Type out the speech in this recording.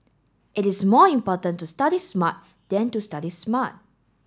it is more important to study smart than to study smart